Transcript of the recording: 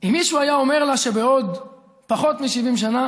אם מישהו היה אומר לה שבעוד פחות מ-70 שנה